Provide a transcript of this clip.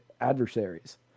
adversaries